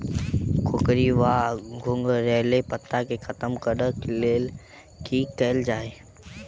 कोकरी वा घुंघरैल पत्ता केँ खत्म कऽर लेल की कैल जाय?